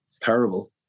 terrible